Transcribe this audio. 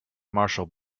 marshall